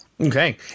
Okay